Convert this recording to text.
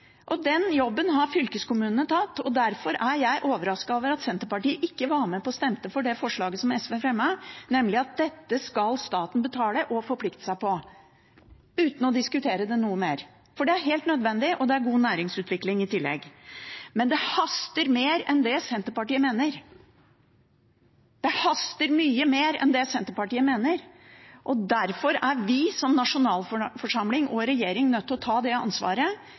Den jobben har fylkeskommunene tatt. Derfor er jeg overrasket over at Senterpartiet ikke var med og stemte for det forslaget SV fremmet, nemlig at dette skal staten betale og forplikte seg på, uten å diskutere det noe mer. For det er helt nødvendig, og det er i tillegg god næringsutvikling. Men det haster mer enn det Senterpartiet mener – det haster mye mer enn det Senterpartiet mener. Derfor er vi som nasjonalforsamling og regjeringen nødt til å ta ansvaret med å komme i gang, og derfor forventer SV at det